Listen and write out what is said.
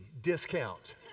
discount